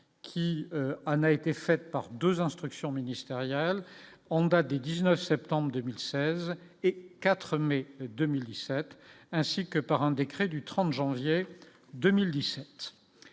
qui en a été faite par 2 instructions ministérielles Honda des 19 septembre 2016 et 4 mai 2017, ainsi que par un décret du 30 janvier 2017,